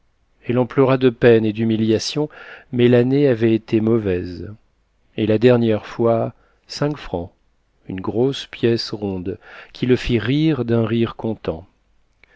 mauvaise et la dernière fois cinq francs une grosse pièce ronde qui le fit rire d'un rire content